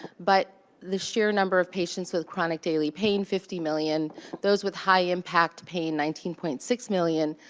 but the sheer number of patients with chronic daily pain, fifty million those with high-impact pain, nineteen point six million.